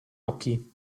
occhi